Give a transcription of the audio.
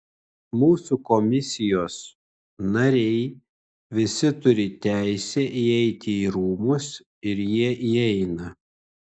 mūsų komisijos nariai visi turi teisę įeiti į rūmus ir jie įeina